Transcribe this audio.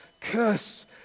curse